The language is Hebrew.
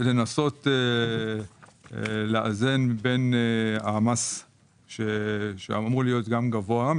לנסות לאזן בין המס שאמור להיות גם גבוה,